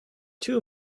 two